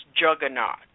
juggernaut